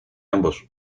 ambos